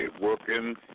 working